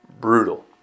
brutal